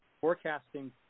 forecasting